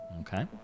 Okay